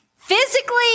Physically